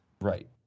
Right